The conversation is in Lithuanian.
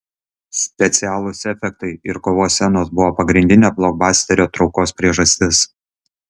specialūs efektai ir kovos scenos buvo pagrindinė blokbasterio traukos priežastis